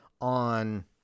on